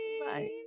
bye